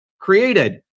created